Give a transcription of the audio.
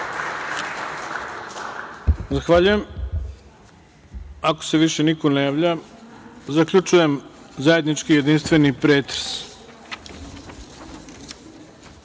Zahvaljujem. Ako se više niko ne javlja, zaključujem zajednički jedinstveni pretres. Saglasno